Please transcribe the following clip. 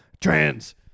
trans